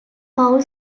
paul